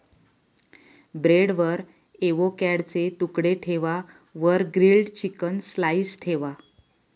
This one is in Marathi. ब्रेडवर एवोकॅडोचे तुकडे ठेवा वर ग्रील्ड चिकन स्लाइस ठेवा